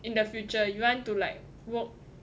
in the future you want to like work